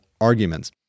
arguments